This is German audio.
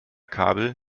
kabel